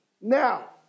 Now